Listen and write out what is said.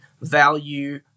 value